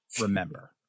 remember